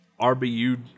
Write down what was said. RBU